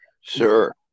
sure